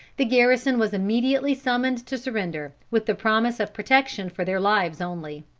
the garrison was immediately summoned to surrender, with the promise of protection for their lives only.